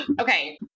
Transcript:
okay